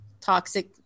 toxic